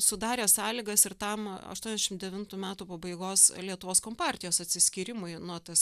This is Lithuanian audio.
sudarė sąlygas ir tam aštuoniasdešim devintų metų pabaigos lietuvos kompartijos atsiskyrimui nu tas